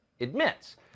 admits